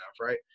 Right